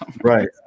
Right